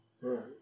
Right